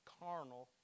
carnal